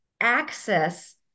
access